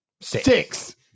six